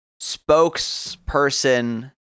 spokesperson